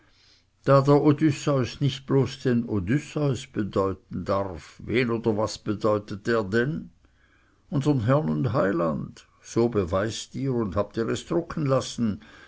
der odysseus nicht bloß den odysseus bedeuten darf wen oder was bedeutet er denn unsern herrn und heiland so beweist ihr und habt ihr es drucken lassen